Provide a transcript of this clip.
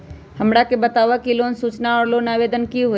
हमरा के बताव कि लोन सूचना और लोन आवेदन की होई?